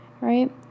Right